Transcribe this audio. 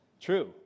True